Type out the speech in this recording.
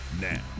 Now